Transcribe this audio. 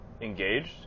engaged